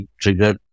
trigger